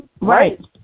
Right